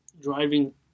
driving